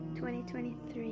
2023